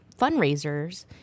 fundraisers